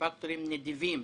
ופקטורים נדיבים,